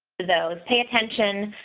those pay attention